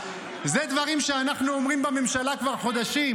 אלה דברים שאנחנו אומרים במלחמה כבר חודשים.